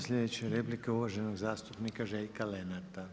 Slijedeća replika uvaženog zastupnika Željka Lenarta.